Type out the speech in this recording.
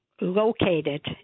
located